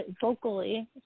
vocally